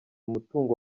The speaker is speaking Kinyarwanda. umutungo